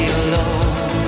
alone